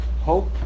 hope